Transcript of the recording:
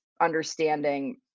understanding